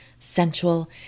Sensual